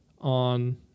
on